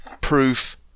proof